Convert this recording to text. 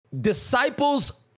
disciples